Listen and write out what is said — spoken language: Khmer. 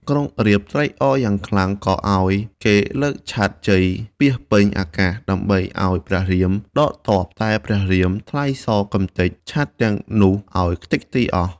ក្រុងរាពណ៍ត្រេកអរយ៉ាងខ្លាំង ក៏ឱ្យគេលើកឆ័ត្រជ័យពាសពេញអាកាស ដើម្បីឱ្យព្រះរាម ដកទ័ពតែព្រះរាមថ្លែងសរកម្ទេចឆត្រីទាំងនោះឱ្យខ្ទេចខ្ទីរអស់។